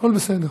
הכול בסדר.